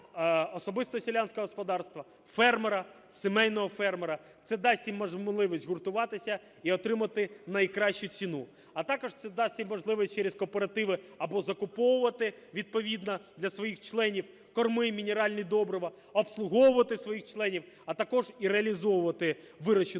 особистого селянського господарства, фермера, сімейного фермера. Це дасть їм можливість згуртуватися і отримати найкращу ціну, а також це дасть і можливість через кооперативи або закуповувати відповідно для своїх членів корми і мінеральні добрива, обслуговувати своїх членів, а також і реалізовувати вирощену